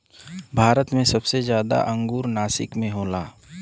भारत मे सबसे जादा अंगूर नासिक मे होला